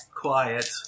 quiet